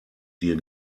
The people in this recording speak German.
dir